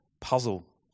puzzle